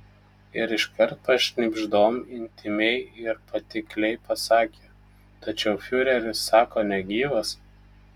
ir iškart pašnibždom intymiai ir patikliai pasakė tačiau fiureris sako negyvas